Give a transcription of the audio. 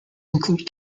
include